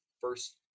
first